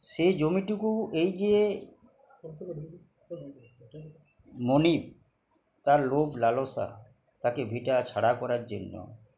সেই জমিটুকু এই যে মনিব তার লোভ লালসা তাকে ভিটা ছাড়া করার জন্য